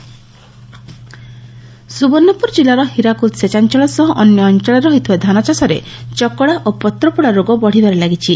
ଚକଡ଼ା ପୋକ ସ୍ବବର୍ଶ୍ୱପ୍ପୁର ଜିଲ୍ଲାର ହୀରାକୁଦ ସେଚାଞଳ ସହ ଅନ୍ୟ ଅଞଳରେ ହୋଇଥିବା ଧାନଚାଷରେ ଚକଡ଼ା ଓ ପତ୍ରପୋଡ଼ା ରୋଗ ବଢ଼ିବାରେ ଲାଗିଛି